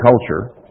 culture